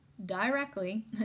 directly